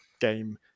game